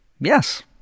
Yes